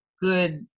good